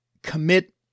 commit